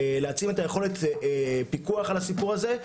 להעצים את היכולת פיקוח על הסיפור הזה,